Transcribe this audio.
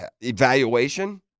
evaluation